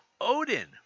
Odin